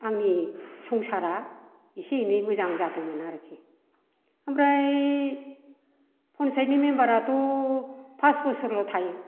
आंनि संसारा एसे एनै मोजां जादोंमोन आरोखि ओमफ्राय पन्सायतनि मेम्बाराथ' पास बोसोरल' थायो